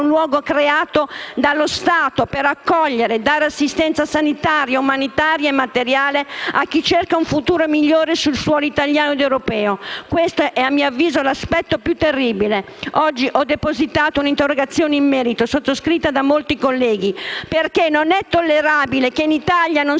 luogo creato dallo Stato per accogliere e dare assistenza sanitaria, umanitaria e materiale a chi cerca un futuro migliore sul suolo italiano ed europeo. Questo è, a mio avviso, l'aspetto più terribile. Oggi ho depositato un'interrogazione in merito, sottoscritta da molti colleghi, perché non è tollerabile che in Italia non